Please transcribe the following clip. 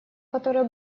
которое